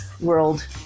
world